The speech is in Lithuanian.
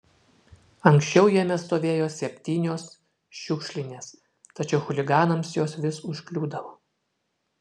anksčiau jame stovėjo septynios šiukšlinės tačiau chuliganams jos vis užkliūdavo